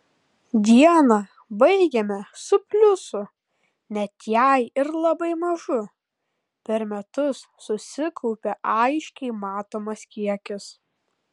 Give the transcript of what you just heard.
dieną baigiame su pliusu net jei ir labai mažu per metus susikaupia aiškiai matomas kiekis